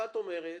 האחת אומרת,